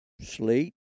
sleet